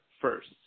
first